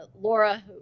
Laura